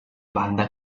banda